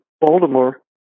Baltimore